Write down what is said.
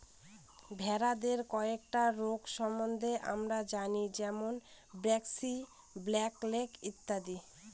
ভেড়াদের কয়েকটা রোগ সম্বন্ধে আমরা জানি যেমন ব্র্যাক্সি, ব্ল্যাক লেগ ইত্যাদি